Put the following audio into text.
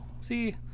see